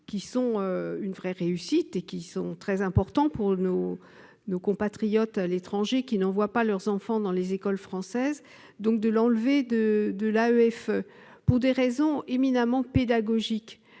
qui sont une vraie réussite et des acteurs très importants pour nos compatriotes à l'étranger qui n'envoient pas leurs enfants dans les écoles françaises. Cela me paraît peu judicieux pour des raisons éminemment pédagogiques.